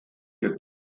der